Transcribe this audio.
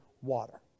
water